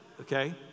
okay